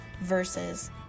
versus